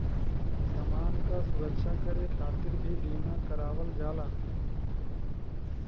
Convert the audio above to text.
समान क सुरक्षा करे खातिर भी बीमा करावल जाला